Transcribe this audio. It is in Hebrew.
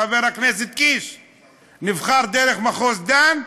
חבר הכנסת קיש נבחר דרך מחוז דן,